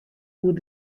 oer